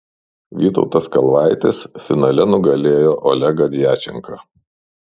vytautas kalvaitis finale nugalėjo olegą djačenką